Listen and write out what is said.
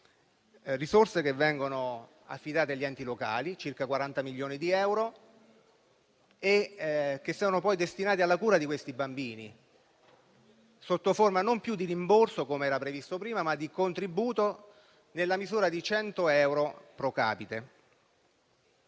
risorse che vengono affidate agli enti locali, per circa 40 milioni di euro, e che sono destinate alla cura dei bambini non più sotto forma di rimborso, come era previsto prima, ma di contributo, nella misura di 100 euro *pro capite*.